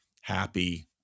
happy